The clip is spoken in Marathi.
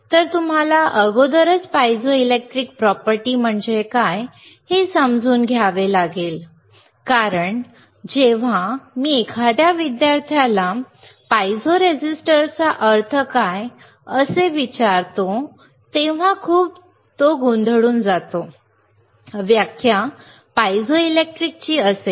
तर तुम्हाला अगोदरच पायझोइलेक्ट्रिक प्रॉपर्टी म्हणजे काय हे समजून घ्यावे लागेल कारण जेव्हा मी एखाद्या विद्यार्थ्याला पायझो रेझिस्टरचा अर्थ काय असे विचारतो तेव्हा खूप गोंधळ होतो व्याख्या पायझो इलेक्ट्रिकची असेल